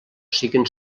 siguen